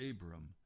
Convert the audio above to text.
Abram